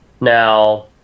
Now